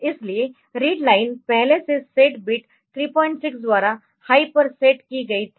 इसलिए read line पहले से सेट बिट 36 द्वारा हाई पर सेट की गई थी